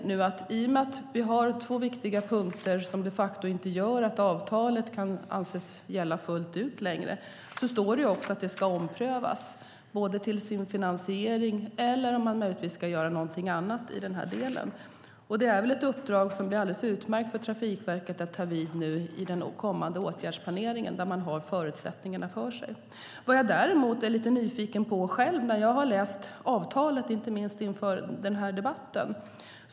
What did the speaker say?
I och med att vi har två viktiga punkter som de facto gör att avtalet inte kan anses gälla fullt ut längre står det också att det ska omprövas. Det gäller finansiering eller om man möjligtvis ska göra någonting annat i den här delen. Det är väl ett uppdrag som blir alldeles utmärkt för Trafikverket att ta i den kommande åtgärdsplaneringen, där man har förutsättningarna klara för sig. Det finns däremot något som jag är lite nyfiken på själv när jag har läst avtalet, inte minst inför den här debatten.